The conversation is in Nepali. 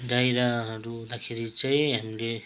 डाइरियाहरू हुँदाखेरि चाहिँ हामीले